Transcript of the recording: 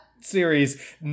series